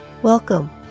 Welcome